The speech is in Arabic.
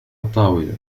الطاولة